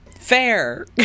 fair